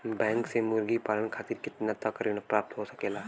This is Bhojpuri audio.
बैंक से मुर्गी पालन खातिर कितना तक ऋण प्राप्त हो सकेला?